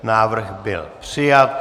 Návrh byl přijat.